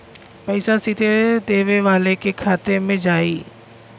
पइसा सीधे देवे वाले के खाते में जाई